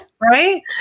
right